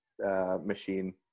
machine